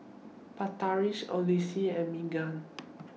Patric Eloise and Magen